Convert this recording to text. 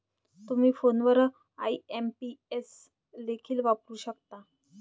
तुम्ही फोनवर आई.एम.पी.एस देखील वापरू शकता